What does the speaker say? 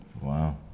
Wow